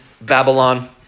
Babylon